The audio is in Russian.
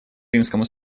римскому